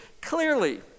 clearly